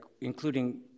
including